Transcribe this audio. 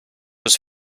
was